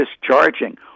discharging